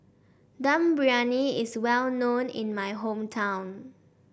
Dum Briyani is well known in my hometown